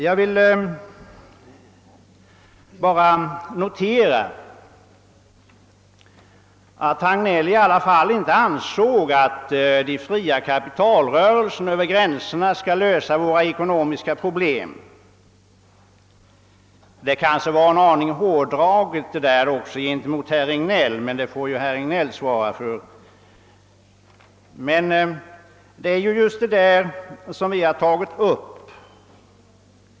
Jag vill bara notera, att herr Hagnell i alla fall inte ansåg att de fria kapitalrörelserna över gränserna skall lösa våra ekonomiska problem. Det kanske var en aning hårdraget gentemot herr Regnéll, men det får denne svara för. Det är emellertid just detta som vi har tagit upp.